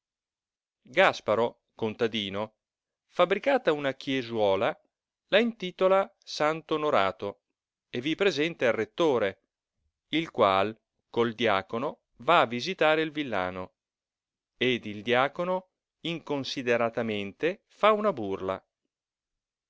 gasparo contadino fabricata una chiesiola la intitola santo onorato e vi presenta il rettore il qual col diacono va visitare il villano ed il diacono inconsideratamente fa una burla